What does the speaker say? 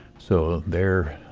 so there,